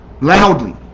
Loudly